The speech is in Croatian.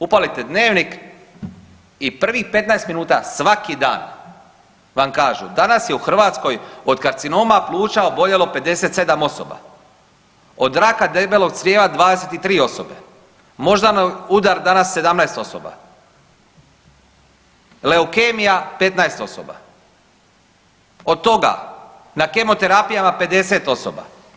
Upalite dnevnih i prvih 15 minuta svaki dan vam kažu danas je u Hrvatskoj od karcinoma pluća oboljelo 57 osoba, od raka debelog crijeva 23 osobe, moždani udar danas 17 osoba, leukemija 15 osoba, od toga na kemoterapijama 50 osoba.